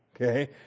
okay